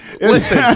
Listen